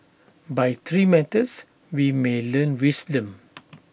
by three methods we may learn wisdom